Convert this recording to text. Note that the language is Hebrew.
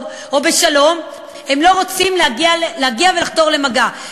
או בשלום הם לא רוצים להגיע ולחתור למגע.